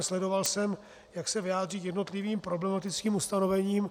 Sledoval jsem, jak se vyjádří k jednotlivým problematickým ustanovením.